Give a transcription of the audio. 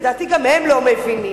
לדעתי גם הם לא מבינים,